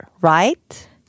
right